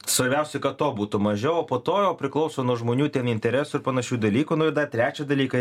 svarbiausia kad to būtų mažiau o po to jau priklauso nuo žmonių ten interesų ir panašių dalykų nu ir dar trečią dalyką